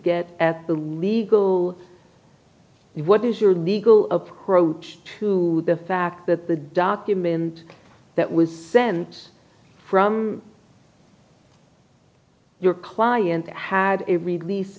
get at the legal what is your legal approach to the fact that the document that was sent from your client had a release